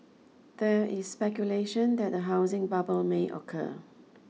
there is speculation that a housing bubble may occur